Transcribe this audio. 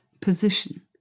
position